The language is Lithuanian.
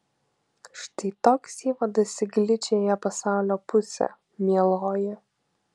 štai toks įvadas į gličiąją pasaulio pusę mieloji